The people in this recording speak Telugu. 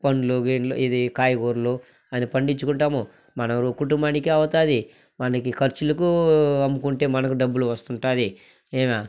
పండ్లు గిండ్లు ఇది కాయగూరలు అది పండించుకుంటాము మన కుటుంబానికి అవుతాది మనకి ఖర్చులకు అమ్ముకుంటే మనకు డబ్బులు వస్తుంటుంది ఏమే